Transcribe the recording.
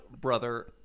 brother